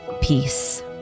peace